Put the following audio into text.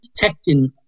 detecting